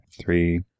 Three